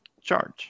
charge